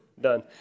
done